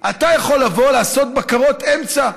אתה יכול לבוא ולעשות בקרות אמצע.